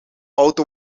auto